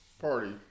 party